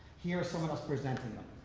here is someone else presenting them.